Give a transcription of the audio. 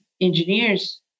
engineers